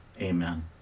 Amen